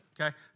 okay